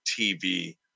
TV